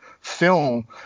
film